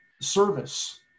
service